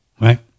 Right